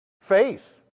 Faith